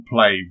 play